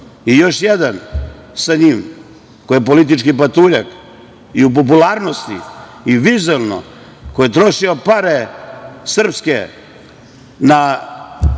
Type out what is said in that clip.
još jedan sa njim, koji je politički patuljak i u popularnosti i vizuelno, koji je trošio pare srpske na